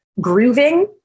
grooving